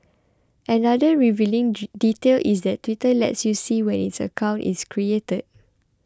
another revealing detail is that Twitter lets you see when its accounts is created